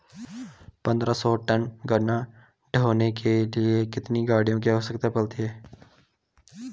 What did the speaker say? पन्द्रह सौ टन गन्ना ढोने के लिए कितनी गाड़ी की आवश्यकता पड़ती है?